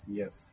yes